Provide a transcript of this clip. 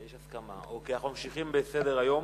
אנחנו ממשיכים בסדר-היום.